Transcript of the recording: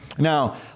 Now